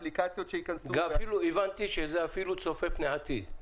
אפילו הבנתי שזה צופה פני עתיד.